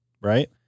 right